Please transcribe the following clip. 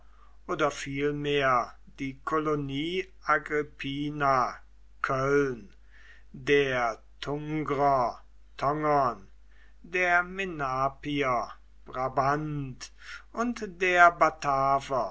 oder vielmehr die kolonie agrippina köln der tungrer tongern der menapier brabant und der